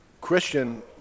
Christian